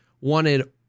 wanted